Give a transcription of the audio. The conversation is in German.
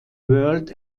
world